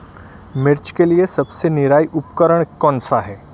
मिर्च के लिए सबसे अच्छा निराई उपकरण कौनसा है?